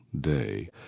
day